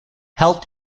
helped